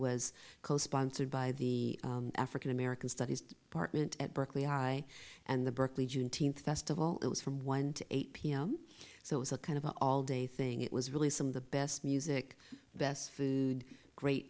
was co sponsored by the african american studies department at berkeley high and the berkeley juneteenth festival it was from one to eight p m so it was a kind of all day thing it was really some of the best music best food great